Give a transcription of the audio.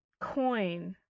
coin